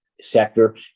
sector